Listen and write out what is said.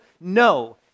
no